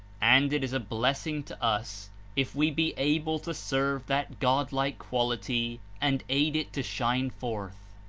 and it is a blessing to us if we be able to serve that god-like quality and aid it to shine forth.